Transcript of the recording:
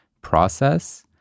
process